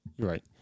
Right